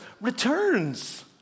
returns